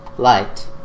Light